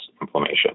inflammation